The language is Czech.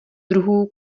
druhů